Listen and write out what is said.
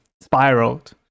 Spiraled